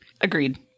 Agreed